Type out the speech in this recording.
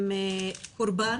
הן קורבן.